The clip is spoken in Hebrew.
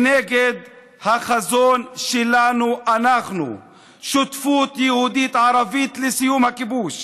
מנגד החזון שלנו: שותפות יהודית-ערבית לסיום הכיבוש,